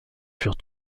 furent